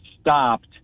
stopped